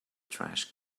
trash